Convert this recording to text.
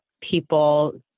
people